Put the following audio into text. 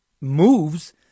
moves